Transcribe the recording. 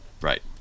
Right